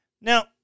Now